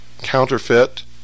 counterfeit